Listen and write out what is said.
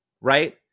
Right